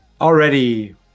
already